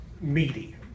meaty